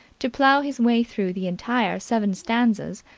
to plough his way through the entire seven stanzas,